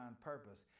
purpose